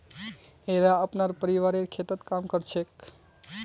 येरा अपनार परिवारेर खेततत् काम कर छेक